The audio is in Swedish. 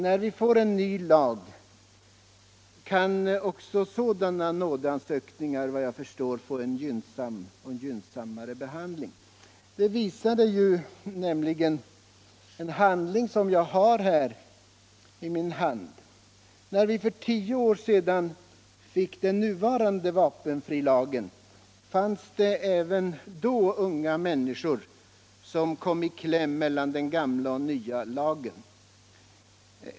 När vi får en ny lag kan också sådana nådeansökningar efter vad jag förstår få en gynnsam eller gynnsammare behandling. Det visar nämligen en handling som jag har i min hand. Även då vi för tio år sedan fick den nu gällande vapenfrilagen fanns det även då unga människor som kom i kläm mellan den gamla och den nya lagen.